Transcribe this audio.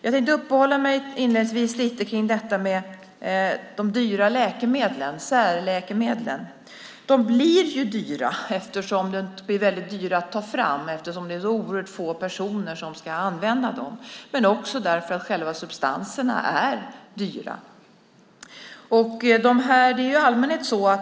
Jag tänkte inledningsvis uppehålla mig lite vid detta med de dyra läkemedlen, de så kallade särläkemedlen. De blir dyra, eftersom de är väldigt dyra att ta fram. Det i sin tur beror på att det är så oerhört få personer som ska använda dem men också för att själva substanserna är dyra.